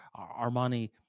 Armani